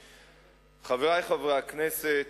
תודה, חברי חברי הכנסת,